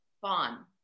fun